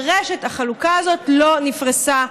רשת החלוקה הזאת לא נפרסה.